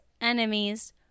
enemies